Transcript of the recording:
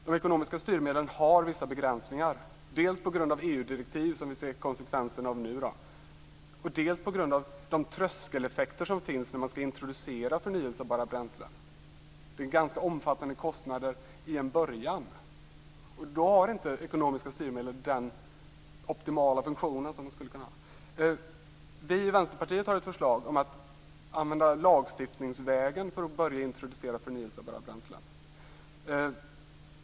De ekonomiska styrmedlen har vissa begränsningar, dels på grund av EU-direktiv som vi ser konsekvenserna av nu, dels på grund av de tröskeleffekter som finns när man skall introducera förnybara bränslen. Det är ganska omfattande kostnader till en början. Då har inte de ekonomiska styrmedlen den optimala funktion som de skulle kunna ha. Vi i Vänsterpartiet har ett förslag om att gå lagstiftningsvägen för att börja introducera förnybara bränslen.